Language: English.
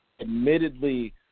admittedly